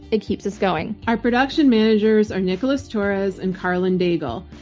it keeps us going. our production managers are nicholas torres and karlyn daigle.